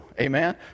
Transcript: Amen